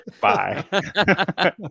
Bye